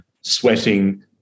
sweating